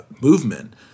movement